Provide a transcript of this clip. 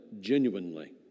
genuinely